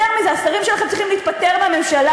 יותר מזה, השרים שלכם צריכים להתפטר מהממשלה.